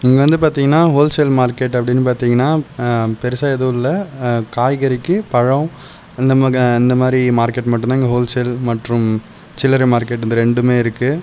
இங்கே வந்து பார்த்தீங்கன்னா ஹோல் சேல் மார்க்கெட் அப்படின்னு பார்த்தீங்கன்னா பெருசாக எதுவும் இல்லை காய்கறிக்கு பழம் இந்த மாதிரி இந்த மாதிரி மார்க்கெட் மட்டும்தான் இங்கே ஹோல் சேல் மற்றும் சில்லறை மார்க்கெட் இது ரெண்டுமே இருக்குது